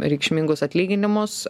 reikšmingus atlyginimus